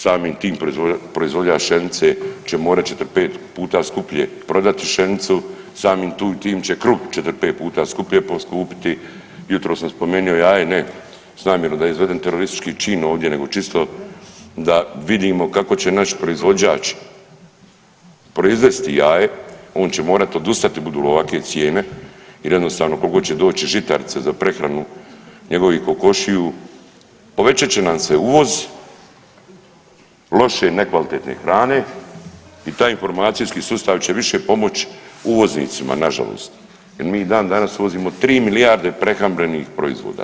Samim tim, proizvođač pšenice će morat ćete 5 puta skuplje prodati pšenicu, samim tim će kruh ćete 4, 5 puta skuplje poskupiti, jutros sam spomenuo jaje, ne s namjerom da izvedem teroristički čin ovdje nego čisto da vidimo kako će naši proizvođač proizvesti jaje, on će morati odustati budu li ovakve cijene jer jednostavno, tko god će doći, žitarice za prehranu njegovih kokošiju povećat će nam se uvoz, loše, nekvalitetne hrane i ta informacijski sustav će više pomoć uvoznicima, nažalost jer mi i dan danas uvozimo 3 milijarde prehrambenih proizvoda.